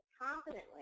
confidently